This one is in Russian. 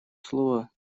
слово